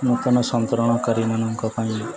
ନୂତନ ସନ୍ତରଣକାରୀମାନଙ୍କ ପାଇଁ